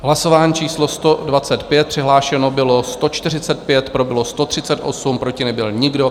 Hlasování číslo 125, přihlášeno bylo 145, pro bylo 138, proti nebyl nikdo.